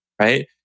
right